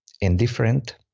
indifferent